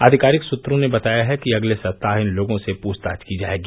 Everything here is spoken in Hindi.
आधिकारिक सूत्रों ने बताया है कि अगले सप्ताह इन लोगों से पूछताछ की जाएगी